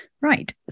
Right